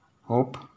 hope